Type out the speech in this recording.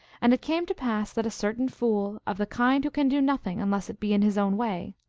and it came to pass that a certain fool, of the kind who can do nothing unless it be in his own way,